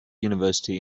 university